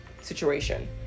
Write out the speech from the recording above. situation